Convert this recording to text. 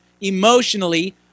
emotionally